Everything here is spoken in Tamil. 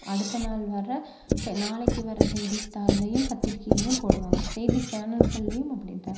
அடுத்தநாள் வர்ற செ நாளைக்கு வர்ற செய்திதாள்லையும் பத்திரிகையிலையும் போடுவாங்க செய்தி சேனல்கள்லையும் அப்படித்தான்